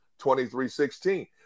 23-16